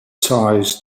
ties